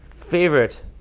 favorite